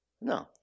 No